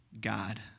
God